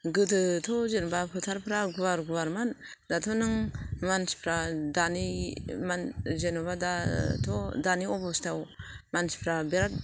गोदोथ' जेन'बा फोथारफ्रा गुवार गुवारमोन दाथ' नों मानसिफ्रा दानि मा जेन'बा दाथ' दानि अबस्थायाव मानसिफ्रा बिराथ